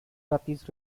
euphrates